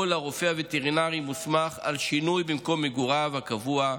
לרופא וטרינרי מוסמך על שינוי במקום מגוריו הקבוע,